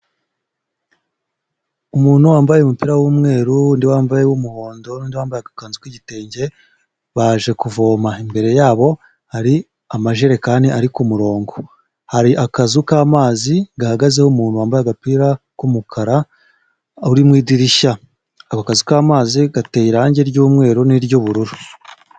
Umuntu wambaye umupira w'umweru undi wambaye umuhondo wambaye agakanzu k'igitenge baje kuvoma imbere yabo hari amajerekani ari ku murongo hari akazu k'amazi gahagazeho umuntu wambaye agapira k'umukara uri mu idirishya, ako kazi k'amazi gateye irangi ry'umweru n'iry'ubururu.